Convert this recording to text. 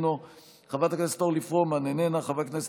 חבר הכנסת יואב סגלוביץ' איננו,